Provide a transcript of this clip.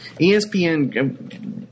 ESPN